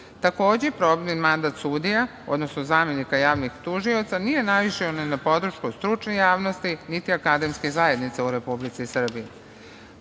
godini. Takođe, probni mandat sudija, odnosno zamenika javnih tužioca nije naišao ni na podršku stručne javnosti, niti Akademske zajednice u Republici